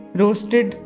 roasted